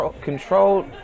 controlled